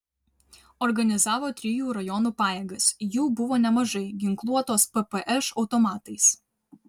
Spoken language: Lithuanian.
organizavo trijų rajonų pajėgas jų buvo nemažai ginkluotos ppš automatais